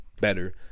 better